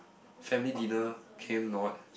family dinner cannot